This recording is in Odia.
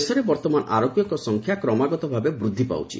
ଦେଶରେ ବର୍ଭମାନ ଆରୋଗ୍ୟଙ୍କ ସଂଖ୍ୟା କ୍ରମାଗତ ଭାବେ ବୃଦ୍ଧି ପାଉଛି